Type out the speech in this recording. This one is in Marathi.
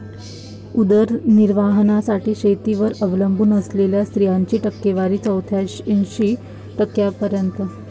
उदरनिर्वाहासाठी शेतीवर अवलंबून असलेल्या स्त्रियांची टक्केवारी चौऱ्याऐंशी टक्क्यांपर्यंत